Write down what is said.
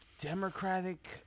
Democratic